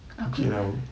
aku